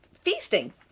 feasting